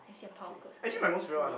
I see a pile of clothes there then you fold it